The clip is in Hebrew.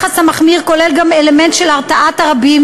היחס המחמיר כולל גם אלמנט של הרתעת הרבים